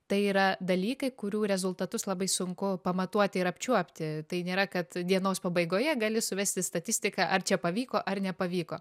tai yra dalykai kurių rezultatus labai sunku pamatuoti ir apčiuopti tai nėra kad dienos pabaigoje gali suvesti statistiką ar čia pavyko ar nepavyko